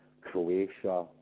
Croatia